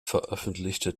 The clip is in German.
veröffentlichte